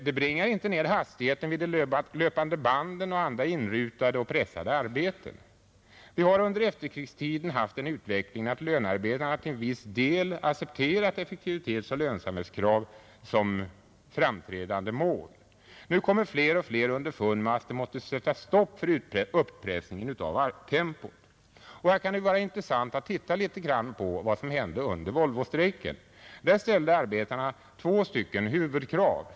Det bringar inte ned hastigheten vid de löpande banden och andra inrutade och pressande arbeten. Vi har under efterkrigstiden haft den utvecklingen att lönearbetarna till en viss del accepterat effektivitetsoch lönsamhetskrav som framträdande mål. Nu kommer fler och fler underfund med att det måste sättas stopp för uppressningen av tempot. Det kan vara intressant att titta litet på vad som hände under Volvostrejken. Där ställde arbetarna två huvudkrav.